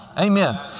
Amen